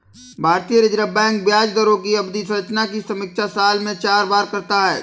भारतीय Reserve Bank ब्याज दरों की अवधि संरचना की समीक्षा साल में चार बार करता है